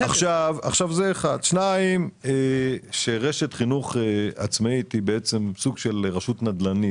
רשת חינוך עצמאית היא סוג של רשות נדל"נית,